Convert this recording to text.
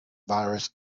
virus